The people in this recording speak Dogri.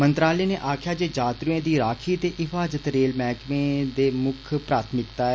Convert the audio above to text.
मंत्रालय नै आक्खेआ जे यात्रुएं दी राक्खी ते हिफाजत रेल मैहकमे दे मुक्ख प्राथमिक्ता ऐ